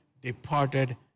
departed